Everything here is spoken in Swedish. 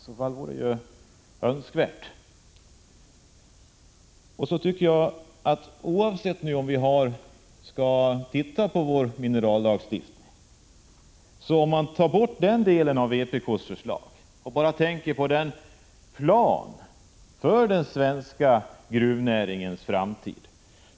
Det skulle annars ha varit önskvärt. Oavsett om vi skall se över vår minerallagstiftning eller ej kan vi bortse från den delen av vpk:s förslag och bara ägna oss åt förslaget om en plan för den svenska gruvnäringens framtid.